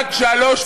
רק שלוש פעמים.